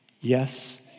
Yes